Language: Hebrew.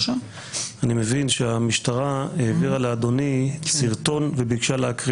אני מניח שאדוני המפכ"ל יציג כאן עמדה שאינה מתכתבת עם עמדת הממשלה,